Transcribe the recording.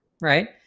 right